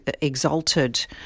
exalted